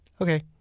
okay